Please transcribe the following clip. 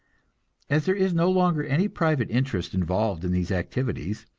as there is no longer any private interest involved in these activities,